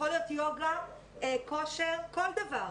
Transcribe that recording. יכול להיות יוגה, כושר, כל דבר,